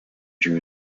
drew